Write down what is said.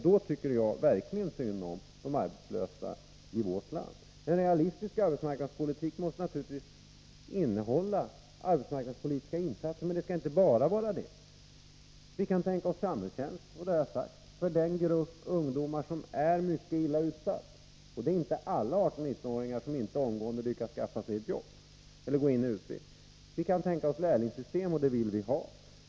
Då tycker jag verkligen synd om de arbetslösa i vårt land. En realistisk arbetsmarknadspolitik måste naturligtvis innehålla arbetsmarknadspolitiska insatser, men det skall inte bara vara sådana. Vi kan tänka oss samhällstjänst, och det har vi sagt, för den grupp av ungdomar som är mycket illa utsatt. Det är inte alla 18-19-åringar som inte omgående lyckas skaffa sig ett jobb eller en utbildning. Vi kan tänka oss lärlingssystem, och det vill vi ha.